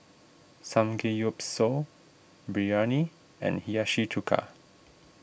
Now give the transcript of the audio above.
Samgeyopsal Biryani and Hiyashi Chuka